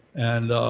and